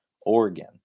Oregon